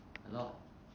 a lot of